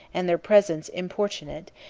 and their presence importunate,